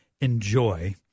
enjoy